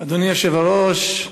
אדוני היושב-ראש,